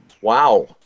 Wow